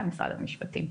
בבקשה.